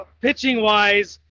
pitching-wise